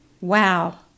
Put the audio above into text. Wow